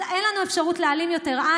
אז אין לנו אפשרות להעלים עין יותר.